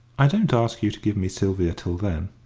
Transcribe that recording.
i don't ask you to give me sylvia till then.